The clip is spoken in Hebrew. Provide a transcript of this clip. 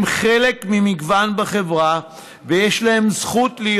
הם חלק ממגוון בחברה ויש להם זכות להיות